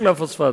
יש חדשים?